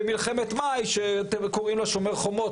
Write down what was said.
במלחמת מאי שאתם קוראים לה שומר חומות,